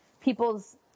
people's